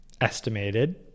estimated